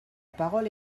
parole